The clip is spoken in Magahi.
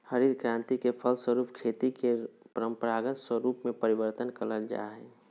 हरित क्रान्ति के फलस्वरूप खेती के परम्परागत स्वरूप में परिवर्तन करल जा हइ